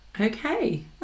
Okay